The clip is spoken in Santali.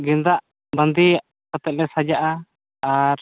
ᱜᱮᱸᱫᱟᱜ ᱵᱟᱸᱫᱮ ᱠᱟᱛᱮᱫ ᱞᱮ ᱥᱟᱡᱟᱜᱼᱟ ᱟᱨ